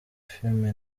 film